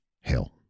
hell